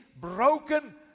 broken